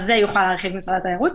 על זה יוכל להרחיב משרד התיירות.